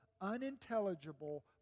unintelligible